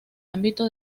ámbito